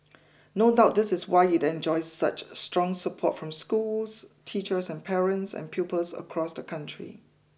no doubt this is why it enjoys such strong support from schools teachers and parents and pupils across the country